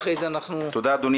תודה, אדוני